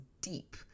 deep